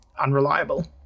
unreliable